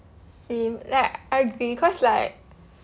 same like I because like